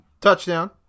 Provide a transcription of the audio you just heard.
touchdown